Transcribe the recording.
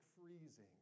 freezing